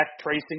tracing